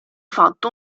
fatto